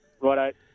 Right